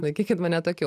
laikykit mane tokiu